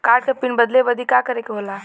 Card क pin बदले बदी का करे के होला?